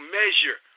measure